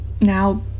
Now